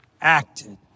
acted